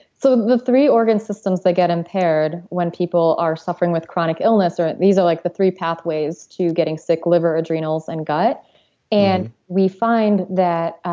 so the three organ systems that get impaired when people are suffering with chronic illness or. these are like the three pathways to getting sick liver, adrenals, and gut and we find that.